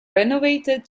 renovated